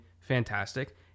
fantastic